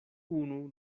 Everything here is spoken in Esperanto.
unu